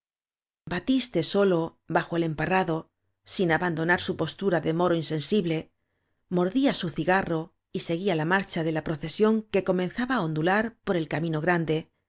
batiste solo bajo el emparrado sin aban donar su postura de moro insensible mor día su cigarro y seguía la marcha de la pro cesión que comenzaba á ondular por el cami no grande